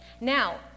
Now